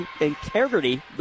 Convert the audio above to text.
integrity